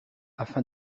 afin